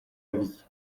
avis